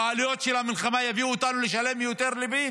והעלויות של המלחמה יביאו אותנו לשלם יותר ריבית,